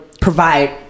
provide